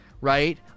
right